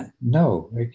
No